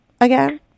again